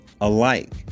alike